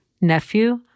nephew